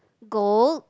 gold